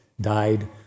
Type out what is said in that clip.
died